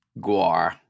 Guar